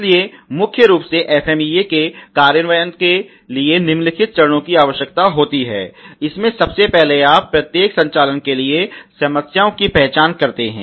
इसलिए मुख्य रूप से FMEA के कार्यान्वयन के लिए निम्नलिखित चरणों की आवश्यकता होती है इसमे सबसे पहले आप प्रत्येक संचालन के लिए समस्याओं की पहचान करते हैं